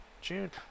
June